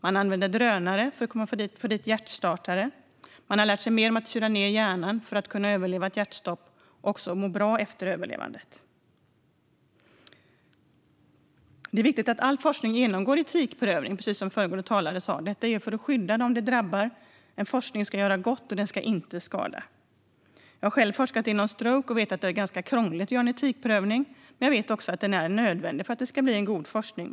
Man använder drönare för att få dit hjärtstartare, och man har lärt sig mer om att kyla ned hjärnan för att överleva ett hjärtstopp och även må bra efter överlevandet. Det är viktigt att all forskning genomgår en etikprövning, precis som föregående talare sa - detta för att skydda medverkande från att drabbas av forskningen. Forskning ska göra gott och inte skada. Jag har själv forskat inom området stroke, och jag vet att det är krångligt att göra en etikprövning. Men jag vet också att den är nödvändig för att få en god forskning.